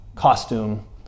costume